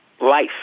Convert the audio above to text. life